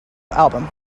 album